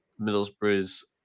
Middlesbrough's